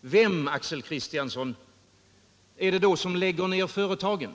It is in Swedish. Vem, Axel Kristiansson, är det då som lägger ner företag?